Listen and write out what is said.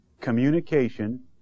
communication